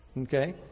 Okay